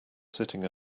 sitting